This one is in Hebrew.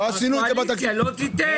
הקואליציה לא תיתן.